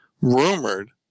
rumored